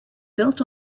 built